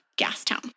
Gastown